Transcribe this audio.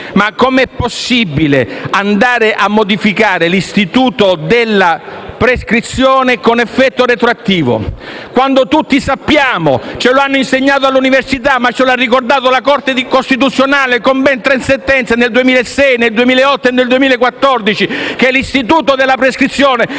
ma come è possibile andare a modificare l'istituto della prescrizione con effetto retroattivo, quando tutti sappiamo - ce l'hanno insegnato all'università, ma ce l'ha ricordato la Corte costituzionale con ben tre sentenze, nel 2006, nel 2008 e nel 2014 - che l'istituto della prescrizione